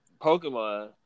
Pokemon